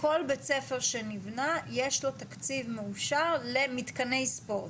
כל בית-ספר שנבנה יש לו תקציב מאושר למתקני ספורט.